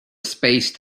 spaced